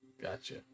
Gotcha